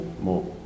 more